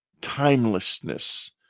timelessness